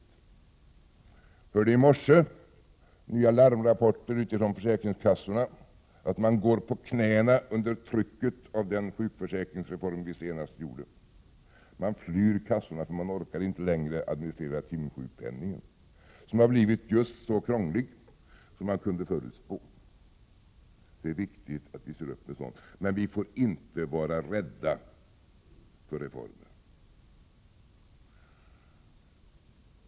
Jag hörde i morse nya larmrapporter från försäkringskassorna. Man går på knäna under trycket av den sjukförsäkringsreform som vi senast genomför de. Man flyr kassorna, eftersom man inte längre orkar administrera timsjukpenningen. Den har blivit just så krånglig som man kunde förutspå. Det är viktigt att vi ser upp med sådant. Vi får emellertid inte vara rädda för reformer.